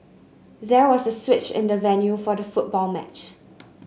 there was a switch in the venue for the football match